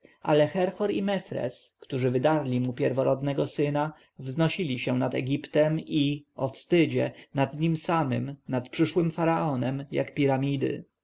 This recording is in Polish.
ale herhor i mefres którzy wydarli mu pierworodnego syna wznosili się nad egiptem i o wstydzie nad nim samym nad przyszłym faraonem jak piramidy